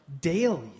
daily